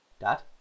Dad